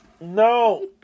No